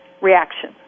reaction